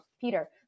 Peter